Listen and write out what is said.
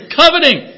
coveting